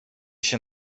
się